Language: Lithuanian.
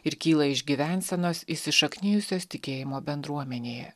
ir kyla iš gyvensenos įsišaknijusios tikėjimo bendruomenėje